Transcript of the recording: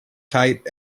tight